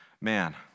Man